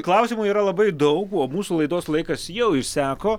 klausimų yra labai daug o mūsų laidos laikas jau išseko